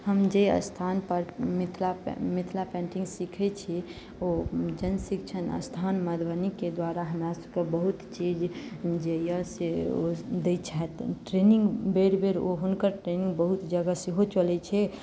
हम जे स्थान पर मिथिला मिथिला पेंटिंग सीखै छी ओ जनशिक्षण स्थान मधुबनीके द्वारा हमरा सभके बहुत चीज जहियासँ ओ दै छथि ट्रेनिंग बेर बेर हुनकर ट्रेनिंग बहुत जगह सेहो चलै छै